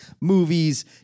movies